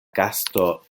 gasto